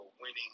winning